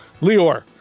Lior